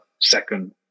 second